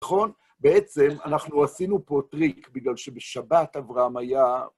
נכון? בעצם אנחנו עשינו פה טריק בגלל שבשבת אברהם היה...